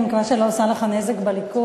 אני מקווה שאני לא עושה לך נזק בליכוד,